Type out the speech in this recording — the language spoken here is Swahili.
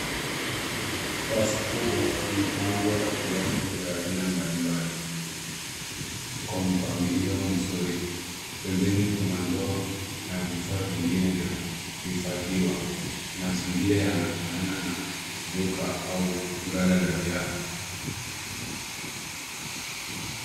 Rafu kubwa imepangwa viatu vya aina mbalimbali kwa mpangilio mzuri. Pembeni kuna ndoo na vifaa vingine vya kuhifadhiwa. Mazingira yanafanana na duka au ghala la viatu.